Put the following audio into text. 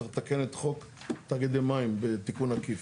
צריך לתקן את חוק תאגידי מים בתיקון עדיף.